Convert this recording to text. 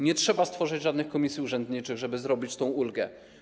Nie trzeba stworzyć żadnych komisji urzędniczych, żeby wprowadzić tę ulgę.